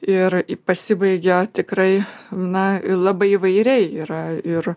ir pasibaigia tikrai na labai įvairiai yra ir